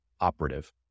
operative